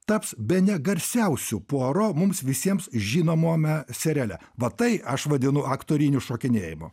taps bene garsiausiu puaro mums visiems žinomame seriale va tai aš vadinu aktoriniu šokinėjimu